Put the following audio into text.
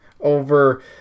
over